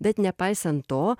bet nepaisant to